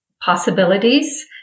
possibilities